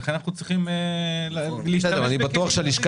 לכן אנחנו צריכים -- אני בטוח שהלשכה